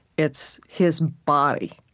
it's his body.